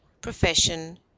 profession